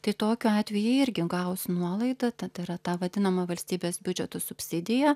tai tokiu atveju jie irgi gaus nuolaidą yra tą vadinamą valstybės biudžeto subsidiją